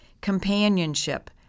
companionship